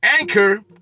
Anchor